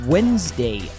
Wednesday